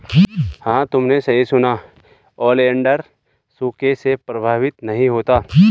हां तुमने सही सुना, ओलिएंडर सूखे से प्रभावित नहीं होता